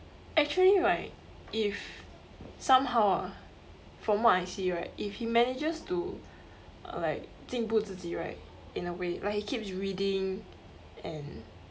actually right if somehow ah from what I see right if he manages to like 进步自己 right in a way like he keeps reading and